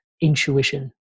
intuition